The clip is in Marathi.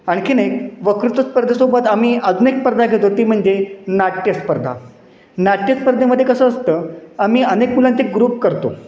आणखी एक वक्तृत्व स्पर्धेसोबत आम्ही आजून एक स्पर्धा घेतो ती म्हणजे नाट्यस्पर्धा नाट्यस्पर्धेमध्ये कसं असतं आम्ही अनेक मुलांचे ग्रुप करतो